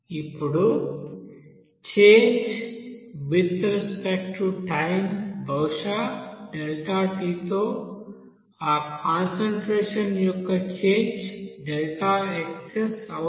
ఇప్పుడు change with respect to time బహుశా Δt తో ఆ కాన్సంట్రేషన్ యొక్క చేంజ్ Δxs అవుతుంది